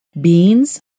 beans